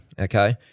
okay